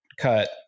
cut